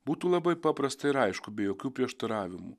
būtų labai paprasta ir aišku be jokių prieštaravimų